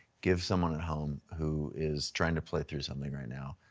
give someone at home who is trying to play through something right now,